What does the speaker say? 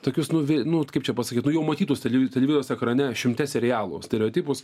tokius nuvi nu vat kaip čia pasakyt nu jau matytus televi televizijos ekrane šimte serialų stereotipus